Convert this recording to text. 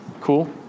Cool